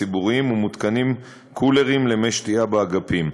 הציבוריים ומותקנים קולרים למי שתייה באגפים.